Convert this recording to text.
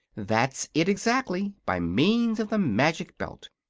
that's it, exactly by means of the magic belt.